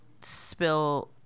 spill